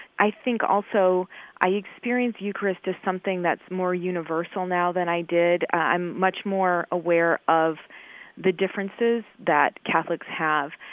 i think also i experience the eucharist as something that's more universal now than i did. i'm much more aware of the differences that catholics have,